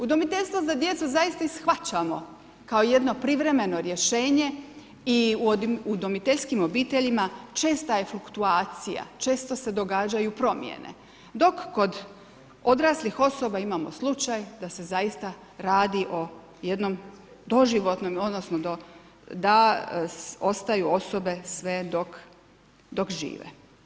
Udomiteljstvo za djecu zaista i shvaćamo kao jedno privremeno rješenje i u udomiteljskim obiteljima česta je fluktuacija, često se događaju promjene dok kod odraslih osoba imamo slučaj da se zaista radi o jednom doživotnom odnosno da ostaju osobe sve dok žive.